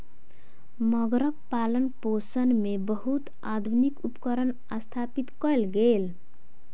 मगरक पालनपोषण मे बहुत आधुनिक उपकरण स्थापित कयल गेल